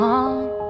on